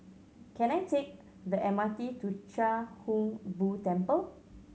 can I take the M R T to Chia Hung Boo Temple